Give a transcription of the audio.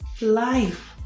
Life